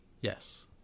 yes